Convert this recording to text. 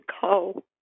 call